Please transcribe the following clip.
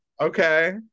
Okay